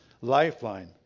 lifeline